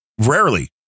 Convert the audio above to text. rarely